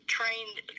trained